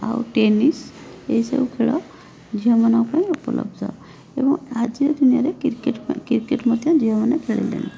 ଆଉ ଟେନିସ୍ ଏହିସବୁ ଖେଳ ଝିଅମାନଙ୍କ ପାଇଁ ଉପଲବ୍ଧ ଏବଂ ଆଜିର ଦୁନିଆରେ କ୍ରିକେଟ୍ କ୍ରିକେଟ୍ ମଧ୍ୟ ଝିଅମାନେ ଖେଳିଲେଣି